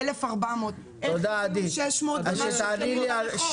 איך הגיעו יותר מ-600 כלים לרחוב?